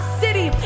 city